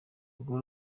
urwo